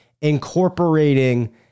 incorporating